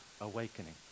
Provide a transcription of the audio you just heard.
awakening